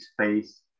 space